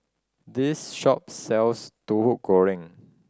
this shop sells Tahu Goreng